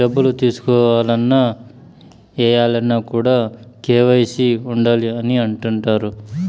డబ్బులు తీసుకోవాలన్న, ఏయాలన్న కూడా కేవైసీ ఉండాలి అని అంటుంటారు